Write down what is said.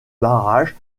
barrage